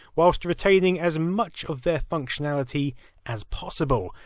whilst retaining as much of their functionality as possible.